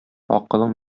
акылың